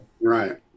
Right